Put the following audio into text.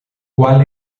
cual